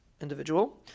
individual